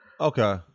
okay